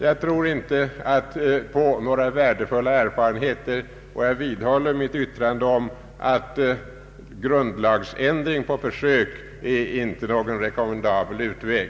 Jag tror alltså inte att några värdefulla erfarenheter skulle kunna vinnas på detta sätt, och jag vidhåller att en grundlagsändring på försök inte är en rekommendabel väg.